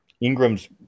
Ingram's